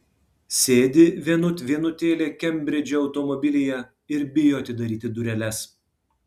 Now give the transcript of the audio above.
sėdi vienut vienutėlė kembridže automobilyje ir bijo atidaryti dureles